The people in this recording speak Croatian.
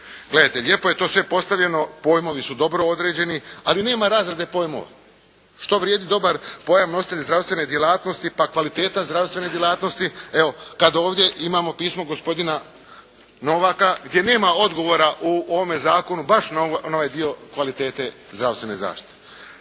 Gledajte lijepo je to sve postavljeno. Pojmovi su dobro određeni, ali nema razrade pojmova. Što vrijedi dobar pojam nositelja zdravstvene djelatnosti pa kvaliteta zdravstvene djelatnosti evo kad ovdje imamo pismo gospodina Novaka gdje nema odgovora u ovome zakonu baš na ovo, na ovaj dio kvalitete zdravstvene zaštite.